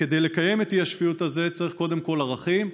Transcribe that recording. וכדי לקיים את אי השפיות הזה צריך קודם כול ערכים,